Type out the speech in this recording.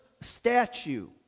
Statue